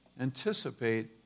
anticipate